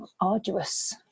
arduous